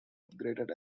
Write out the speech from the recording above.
upgraded